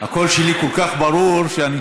הקול שלי כל כך ברור שאני,